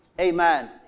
Amen